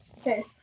Okay